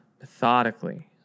methodically